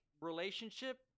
relationship